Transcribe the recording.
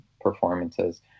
performances